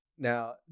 now